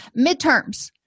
Midterms